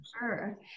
sure